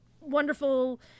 wonderful